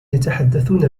يتحدثون